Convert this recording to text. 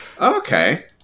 Okay